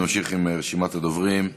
אני ממשיך עם רשימת הדוברים.